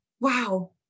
Wow